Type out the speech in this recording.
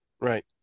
right